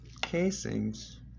casings